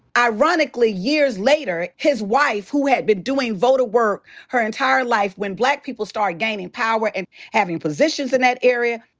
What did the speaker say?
ironically years later, his wife who had been doing voter work her entire life. when black people started gaining power and having positions in that area,